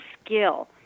skill